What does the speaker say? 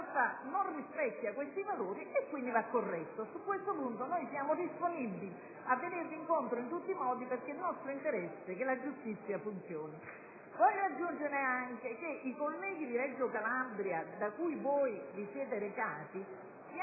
non rispecchia tali valori e quindi va corretto; su questo punto siamo disponibili a venirvi incontro i tutti modi, perché è nostro interesse che la giustizia funzioni. Voglio aggiungere anche che i politici e i magistrati di Reggio Calabria, da cui vi siete recati, vi